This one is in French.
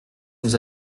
vous